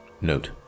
Note